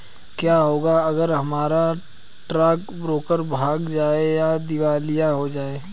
क्या होगा अगर हमारा स्टॉक ब्रोकर भाग जाए या दिवालिया हो जाये?